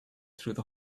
through